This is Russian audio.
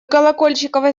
колокольчикова